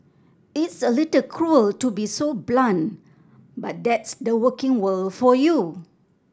it's a little cruel to be so blunt but that's the working world for you